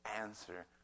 answer